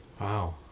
wow